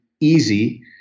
easy